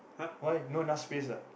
why no enough space ah